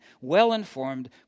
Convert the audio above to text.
well-informed